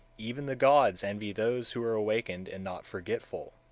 even the gods envy those who are awakened and not forgetful,